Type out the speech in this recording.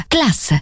Class